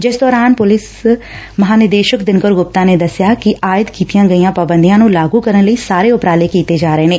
ਜਿਸ ਦੌਰਾਨ ਪੁਲਿਸ ਮਹਾਨਿਰਦੇਸ਼ਕ ਦਿਨਕਰ ਗੁਪਤਾ ਨੇ ਦਸਿਆ ਕਿ ਆਇਦ ਕੀਤੀਆਂ ਗਈਆਂ ਪਾਬੰਦੀਆਂ ਨੂੰ ਲਾਗੁ ਕਰਨ ਲਈ ਸਾਰੇ ਉਪਰਾਲੇ ਕੀਤੇ ਜਾ ਰਹੇ ਨੇ